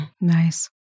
nice